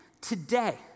Today